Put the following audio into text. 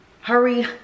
hurry